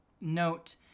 note